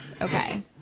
okay